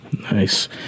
Nice